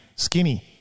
skinny